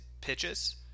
pitches